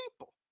people